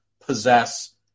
possess